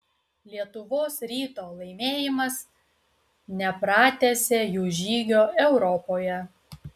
lietuvos ryto laimėjimas nepratęsė jų žygio europoje